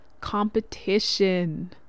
competition